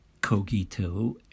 cogito